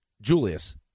Julius